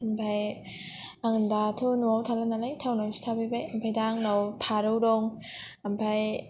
ओमफ्राय आं दाथ' न'आव थाला नालाय टाउनावसो थाफैबाय ओमफ्राय दा आंनाव फारौ दं ओमफ्राय